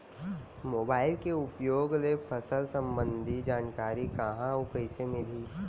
Mobile के उपयोग ले फसल सम्बन्धी जानकारी कहाँ अऊ कइसे मिलही?